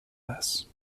less